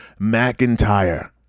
McIntyre